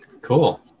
Cool